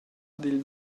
dil